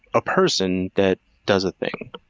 a person that does a thing.